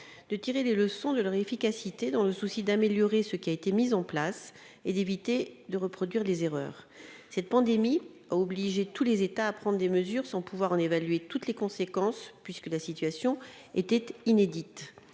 de tirer les leçons de leur efficacité dans le souci d'améliorer ce qui a été mise en place et d'éviter de reproduire les erreurs cette pandémie obliger tous les États à prendre des mesures sans pouvoir en évaluer toutes les conséquences, puisque la situation était inédite,